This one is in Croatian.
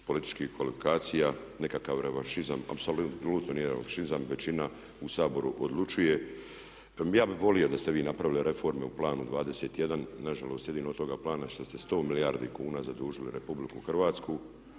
političkih kolokacija. Nekakav revanšizam apsolutno niti jedan …/Govornik se ne razumije./… Većina u Saboru odlučuje. Ja bih volio da ste vi napravili reforme u Planu 21. Na žalost jedino od toga plana što ste sto milijardi kuna zadužili Republiku Hrvatsku.